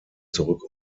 zurück